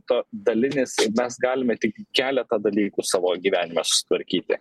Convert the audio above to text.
to dalinis mes galime tik keletą dalykų savo gyvenime susitvarkyti